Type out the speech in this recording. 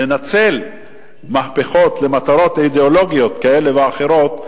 לנצל מהפכות למטרות אידיאולוגיות כאלה ואחרות,